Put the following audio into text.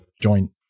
joint